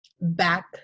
back